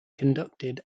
conducted